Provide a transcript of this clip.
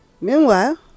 Meanwhile